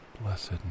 blessed